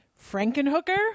Frankenhooker